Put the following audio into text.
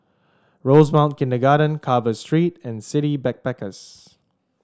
Rosemount Kindergarten Carver Street and City Backpackers